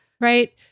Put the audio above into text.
right